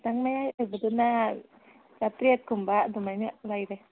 ꯈꯤꯇꯪ ꯃꯌꯥꯏ ꯑꯣꯏꯕꯗꯨꯅ ꯆꯥꯇꯔꯦꯠꯀꯨꯝꯕ ꯑꯗꯨꯃꯥꯏꯅ ꯂꯩꯔꯦ